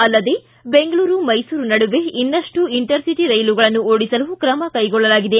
ಅಲ್ಲದೇ ಬೆಂಗಳೂರು ಮೈಸೂರು ನಡುವೆ ಇನ್ನಷ್ಟು ಇಂಟರ್ ಸಿಟಿ ರೈಲುಗಳನ್ನು ಓಡಿಸಲು ಕ್ರಮ ಕೈಗೊಳ್ಳಲಾಗಿದೆ